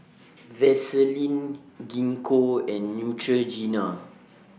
Vaselin Gingko and Neutrogena